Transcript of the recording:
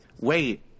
wait